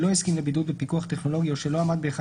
שלא הסכים לבידוד בפיקוח טכנולוגי או שלא עמד באחד